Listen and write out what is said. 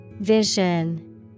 Vision